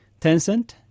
Tencent